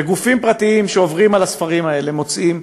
וגופים פרטיים שעוברים על הספרים האלה מוצאים,